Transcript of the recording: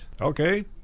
Okay